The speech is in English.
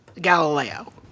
Galileo